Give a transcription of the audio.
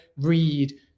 read